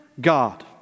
God